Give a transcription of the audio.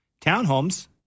townhomes